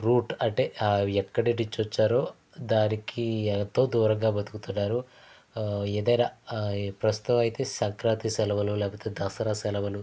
route అంటే ఎక్కడి నుంచి వచ్చారో దానికి ఎంతో దూరంగా బతుకుతున్నారు ఏదైనా ప్రస్తుతం అయితే సంక్రాంతి సెలవులు లేకపోతే దసరా సెలవులు